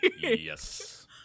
Yes